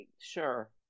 Sure